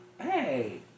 hey